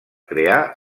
crear